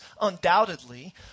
undoubtedly